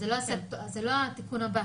זה לא התיקון הבא.